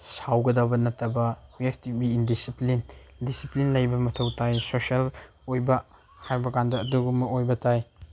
ꯁꯥꯎꯒꯗꯕ ꯅꯠꯇꯕ we help to be in discipline discipline ꯂꯩꯕ ꯃꯊꯧ ꯇꯥꯏ ꯁꯣꯁꯦꯜ ꯑꯣꯏꯕ ꯍꯥꯏꯕ ꯀꯥꯟꯗ ꯑꯗꯨꯒꯨꯝꯕ ꯑꯣꯏꯕ ꯇꯥꯏ